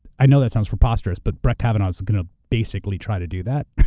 i know that sounds preposterous, but brett kavanaugh is going to basically try to do that.